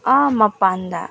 ꯑꯥ ꯃꯄꯥꯟꯗ